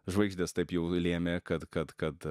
žvaigždės taip jau lėmė kad kad kad